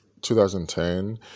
2010